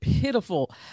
pitiful